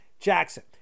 Jackson